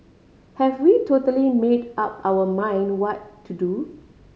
have we totally made up our mind what to do